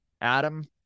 Adam